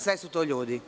Sve su to ljudi.